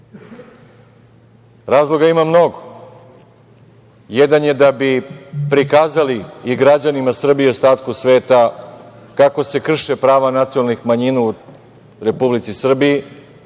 Razloga ima mnogo. Jedan je da bi prikazali i građanima Srbije i ostatku sveta kako se krše prava nacionalnih manjina u Republici Srbiji